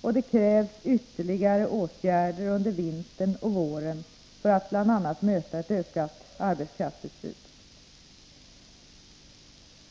och det krävs ytterligare åtgärder under vintern och våren för att möta bl.a. ett ökat arbetskraftsutbud.